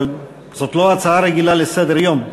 אבל זו לא הצעה רגילה לסדר-יום.